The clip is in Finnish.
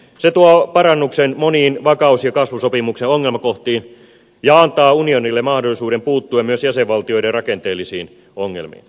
se tuo parannuksen moniin vakaus ja kasvusopimuksen ongelmakohtiin ja antaa unionille mahdollisuuden puuttua myös jäsenvaltioiden rakenteellisiin ongelmiin